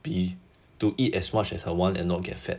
be to eat as much as I want and not get fat